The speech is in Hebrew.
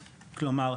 כלומר,